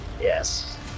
yes